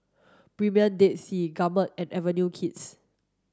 Premier Dead Sea Gourmet and Avenue Kids